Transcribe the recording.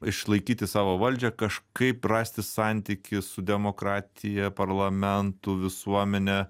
išlaikyti savo valdžią kažkaip rasti santykį su demokratija parlamentu visuomene